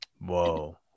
Whoa